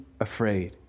afraid